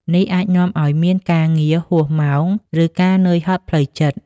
នេះអាចនាំឱ្យមានការងារហួសម៉ោង ឬការនឿយហត់ផ្លូវចិត្ត។